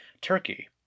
Turkey